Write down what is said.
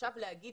עכשיו להגיד